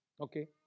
okay